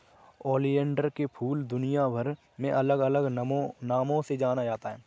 oleander के फूल दुनियाभर में अलग अलग नामों से जाना जाता है